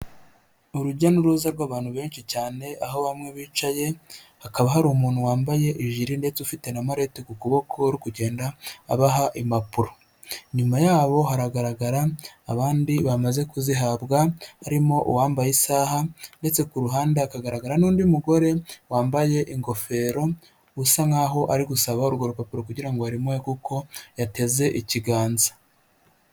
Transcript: Urujya n'uruza rw'abantu benshi cyane aho bamwe bicaye, hakaba hari umuntu wambaye ijiri ndetse ufite na marete ku kuboko, uri kugenda abaha impapuro. Inyuma ya haragaragara abandi bamaze kuzihabwa, harimo uwambaye isaha ndetse ku ruhande hakagaragara n'undi mugore wambaye ingofero, usa nkaho ari gusaba urwo rupapuro kugira ngo barumuhe kuko yateze ikiganza.